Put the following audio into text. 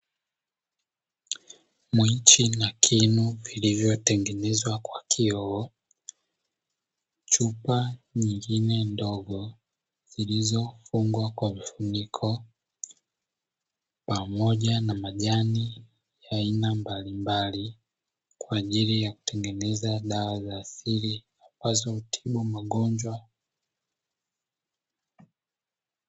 Mchi na kinu vilivyotengenezwa kwa kioo chupa nyengine ndogo zilizofungwa kwa mfuniko, pamoja na majani ya aina mbalimbali kwa ajili ya kutengeneza dawa za asili ambazo hutibu magonjwa.